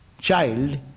child